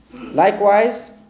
Likewise